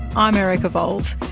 i'm erica vowles.